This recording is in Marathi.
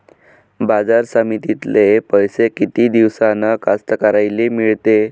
बाजार समितीतले पैशे किती दिवसानं कास्तकाराइले मिळते?